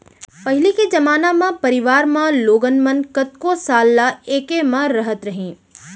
पहिली के जमाना म परवार म लोगन मन कतको साल ल एके म रहत रहें